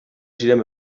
ziren